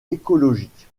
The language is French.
écologique